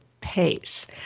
pace